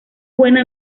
buena